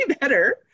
better